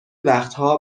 وقتها